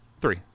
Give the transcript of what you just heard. Three